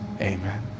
Amen